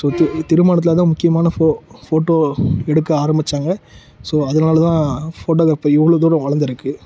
so the திருமணத்தில் தான் முக்கியமான ஃபோ ஃபோட்டோ எடுக்க ஆரமிச்சாங்க ஸோ அதனால் தான் ஃபோட்டோகிராஃபி இவ்வளோ துரம் வளர்ந்துருக்கு